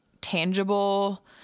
tangible